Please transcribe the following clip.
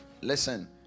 Listen